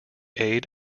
aid